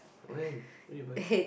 when when you buy